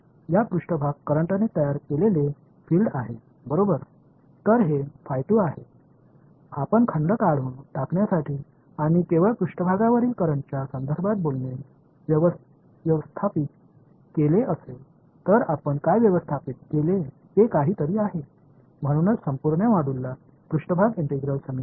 எனவே எப்படியாவது நீங்கள் பொருள் அளவுகளை அகற்றி மேற்பரப்பில் உள்ள மின்னூட்டங்களில் அடிப்படையில் மட்டுமே பேச முடிந்தால் நாங்கள் என்ன செய்ய முடிந்தது அதனால்தான் இவைதான் முழு மாதிரியையும் சா்பேஸ் இன்டெக்ரால் இகுவேஸன்ஸ் என்று அழைக்கின்றன